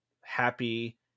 happy